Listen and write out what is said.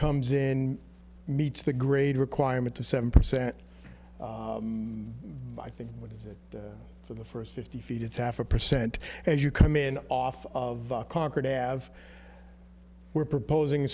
comes in meets the grade requirement to seven percent i think what is it for the first fifty feet it's half a percent as you come in off of concord have we're proposing